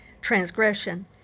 transgression